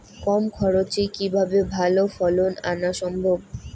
কম খরচে কিভাবে ভালো ফলন আনা সম্ভব?